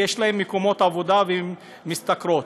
יש להן מקומות עבודה והן משתכרות.